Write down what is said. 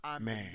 man